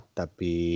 tapi